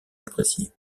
apprécié